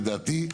לדעתי,